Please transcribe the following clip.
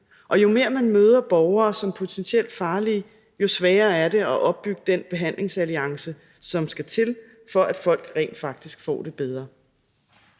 og jo mere man møder borgere som potentielt farlige, jo sværere er det at opbygge den behandlingsalliance, som skal til, for at folk rent faktisk får det bedre.